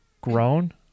grown